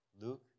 Luke